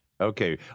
Okay